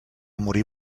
morir